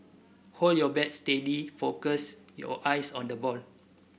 hold your bat steady focus your eyes on the ball